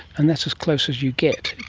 and that's as close as you get.